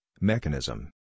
mechanism